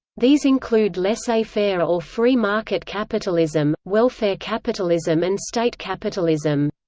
these include laissez-faire or free market capitalism, welfare capitalism and state capitalism.